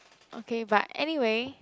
okay but anyway